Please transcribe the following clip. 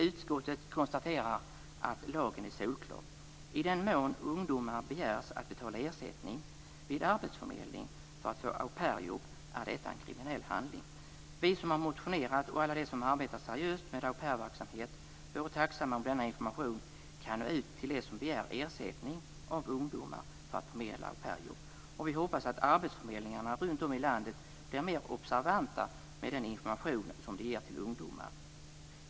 Utskottet konstaterar att lagen är solklar. I den mån man begär att ungdomar skall betala ersättning vid arbetsförmedling för att få au pair-jobb är detta en kriminell handling. Vi som har motionerat och alla de som arbetar seriöst med au pair-verksamhet vore tacksamma om denna information kan nå ut till dem som begär ersättning av ungdomar för att förmedla au pair-jobb. Och vi hoppas att arbetsförmedlingarna runt om i landet blir mer observanta när det gäller den information som de ger till ungdomarna.